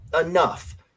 enough